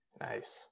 Nice